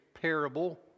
parable